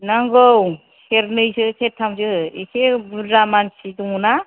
नांगौ सेरनैसो सेरथामसो एसे बुरजा मानसि दङ'ना